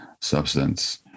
substance